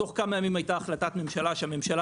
תוך כמה ימים הייתה החלטת ממשלה שהממשלה